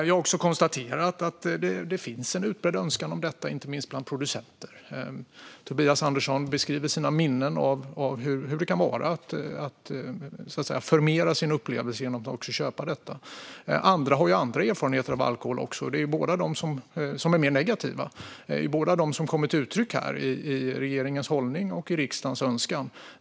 Jag har också konstaterat att det finns en utbredd önskan om detta, inte minst bland producenter. Tobias Andersson beskriver sina minnen av hur det kan vara att så att säga förmera sin upplevelse genom att också få köpa alkohol på detta sätt. Andra har andra erfarenheter av alkohol och är mer negativa. Det är båda dessa saker som kommer till uttryck i regeringens hållning och i riksdagens önskan.